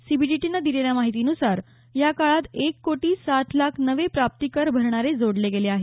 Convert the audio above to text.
सीबीडीटीनं दिलेल्या माहितीनुसार या काळात एक कोटी सात लाख नवे प्राप्ती कर भरणारे जोडले गेले आहेत